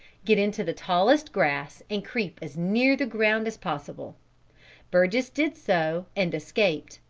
get into the tallest grass and creep as near the ground as possible burgess did so and escaped.